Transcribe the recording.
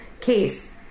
case